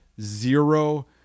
zero